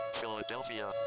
Philadelphia